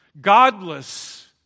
godless